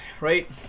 right